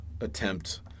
attempt